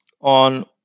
on